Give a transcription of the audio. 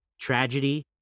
tragedy